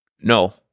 No